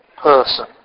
person